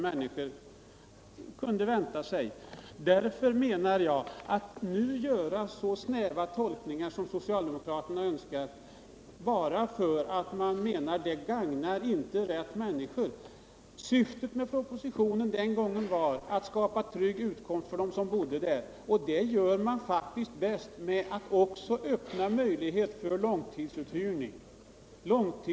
Det kan inte vara riktigt att nu göra så snäva tolkningar som socialdemokraterna önskar bara därför att man menar att det inte gagnar de rätta människorna. Syftet med propositionen var att skapa trygg utkomst för dem som bor i skärgården, och det gör man faktiskt bäst genom att också öppna möjlighet för långtidsuthyrning.